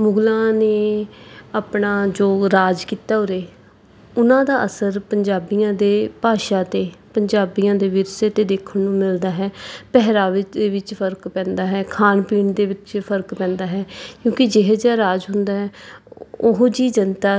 ਮੁਗਲਾਂ ਨੇ ਆਪਣਾ ਜੋ ਰਾਜ ਕੀਤਾ ਉਰੇ ਉਹਨਾਂ ਦਾ ਅਸਰ ਪੰਜਾਬੀਆਂ ਦੇ ਭਾਸ਼ਾ 'ਤੇ ਪੰਜਾਬੀਆਂ ਦੇ ਵਿਰਸੇ 'ਤੇ ਦੇਖਣ ਨੂੰ ਮਿਲਦਾ ਹੈ ਪਹਿਰਾਵੇ ਦੇ ਵਿੱਚ ਫਰਕ ਪੈਂਦਾ ਹੈ ਖਾਣ ਪੀਣ ਦੇ ਵਿੱਚ ਫਰਕ ਪੈਂਦਾ ਹੈ ਕਿਉਂਕਿ ਜਿਹੋ ਜਿਹਾ ਰਾਜ ਹੁੰਦਾ ਉਹੋ ਜਿਹੀ ਜਨਤਾ